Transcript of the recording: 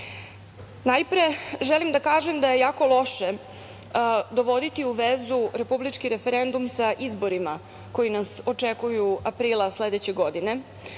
„ne“.Najpre, želim da kažem da je jako loše dovoditi u vezu Republički referendum sa izborima koji nas očekuju aprila sledeće godine.